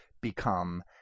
become